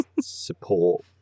support